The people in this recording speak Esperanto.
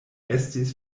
estis